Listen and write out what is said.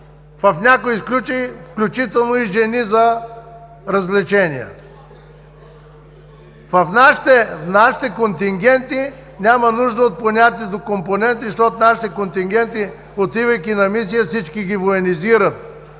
в някои случаи, включително и жени за развлечения? В нашите контингенти няма нужда от понятието „компоненти“, защото нашите контингенти, отивайки на мисия, всички ги военизират.